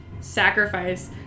Sacrifice